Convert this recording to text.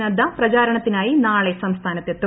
നിദ്ദു പ്രചാരണത്തിനായി നാളെ സംസ്ഥാനത്തെത്തും